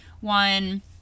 one